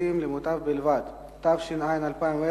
המסורטטים למוטב בלבד), התש"ע 2010,